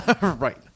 Right